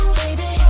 baby